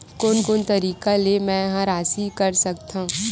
कोन कोन तरीका ले मै ह राशि कर सकथव?